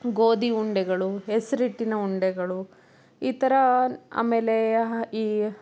ಗೋಧಿ ಉಂಡೆಗಳು ಹೆಸರು ಹಿಟ್ಟಿನ ಉಂಡೆಗಳು ಈ ಥರ ಆಮೇಲೆ ಈ